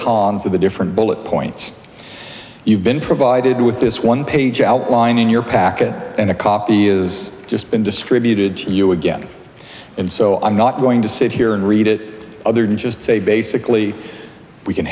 cons of the different bullet points you've been provided with this one page outline in your packet and a copy is just been distributed to you again and so i'm not going to sit here and read it other than just say basically we can